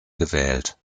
gewählt